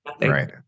right